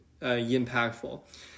impactful